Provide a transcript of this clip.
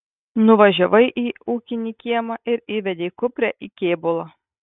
nuvažiavai į ūkinį kiemą ir įvedei kuprę į kėbulą